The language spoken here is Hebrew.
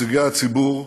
נציגי הציבור,